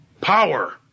power